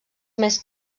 més